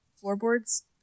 floorboards